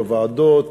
בוועדות,